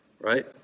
right